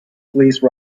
police